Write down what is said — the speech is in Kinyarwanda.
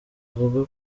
avuga